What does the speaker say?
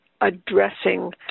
addressing